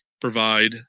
provide